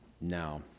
now